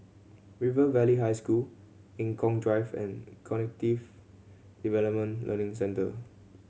River Valley High School Eng Kong Drive and Cognitive Development Learning Centre